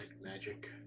magic